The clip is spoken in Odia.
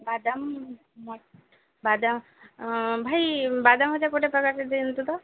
ବାଦାମ୍ ବାଦାମ୍ ଭାଇ ବାଦାମ୍ ଗୋଟେ ପ୍ରକାର ଦିଅନ୍ତୁ ତ